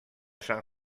san